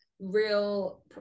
real